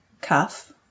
Cuff